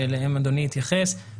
שאליהם אדוני התייחס,